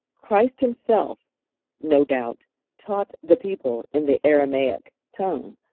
christ himself no doubt taught the people in the aramaic tongue,